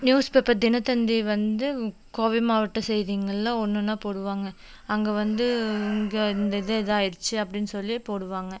newspaper Dinathanthi வந்து கோவை மாவட்ட செய்திங்களில் ஒன்று ஒன்னாக போடுவாங்க அங்கே வந்து இங்கே இந்த இது இதாயிடுச்சி அப்படின்னு சொல்லி போடுவாங்க